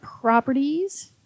properties